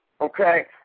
okay